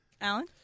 Alan